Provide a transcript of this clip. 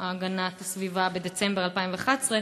להגנת הסביבה בדצמבר 2011?